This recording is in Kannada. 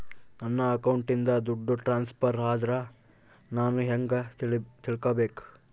ನನ್ನ ಅಕೌಂಟಿಂದ ದುಡ್ಡು ಟ್ರಾನ್ಸ್ಫರ್ ಆದ್ರ ನಾನು ಹೆಂಗ ತಿಳಕಬೇಕು?